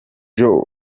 joe